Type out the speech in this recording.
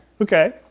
Okay